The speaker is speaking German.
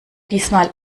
diesmal